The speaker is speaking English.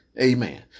Amen